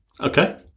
Okay